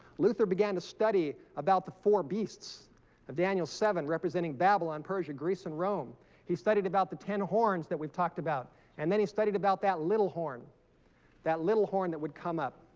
luther began to study about the four beasts of daniel seven representing babylon persia greece and rome he studied about the ten horns that we've talked about and then he studied about that little horn that little horn that would come up